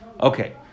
Okay